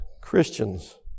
Christians